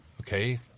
Okay